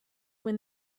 when